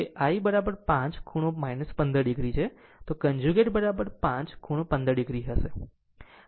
આમ જો તે I 5 ખૂણો 15 o છે તો Iકન્જુગેટ 5 ખૂણો 15 o હશે